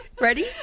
Ready